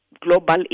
Global